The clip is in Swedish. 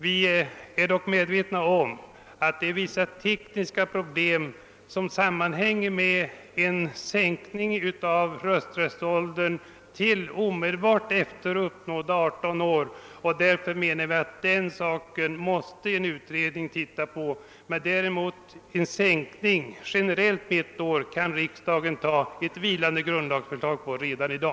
Vi är dock medvetna om att det är vissa tekniska problem som sammanhänger med en sänkning av rösträttsåldern till omedelbart efter uppnådda 18 år. Därför menar vi att den saken måste en utredning undersöka. Däremot kan riksdagen besluta om en sänkning generellt med ett år såsom ett vilande grundlagsförslag redan i dag.